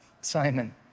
Simon